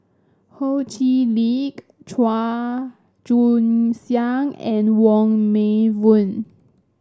Ho Chee Lick Chua Joon Siang and Wong Meng Voon